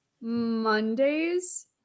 Mondays